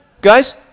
Guys